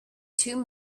two